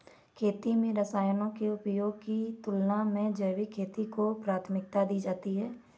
खेती में रसायनों के उपयोग की तुलना में जैविक खेती को प्राथमिकता दी जाती है